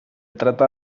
trata